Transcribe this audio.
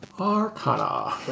Arcana